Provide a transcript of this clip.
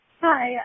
Hi